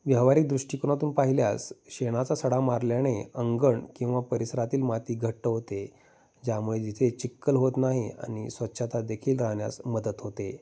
व्यावहारिक दृष्टिकोनातून पाहिल्यास शेणाचा सडा मारल्याने अंगण किंवा परिसरातील माती घट्ट होते ज्यामुळे जिथे चिख्खल होत नाही आणि स्वच्छता देखील राहण्यास मदत होते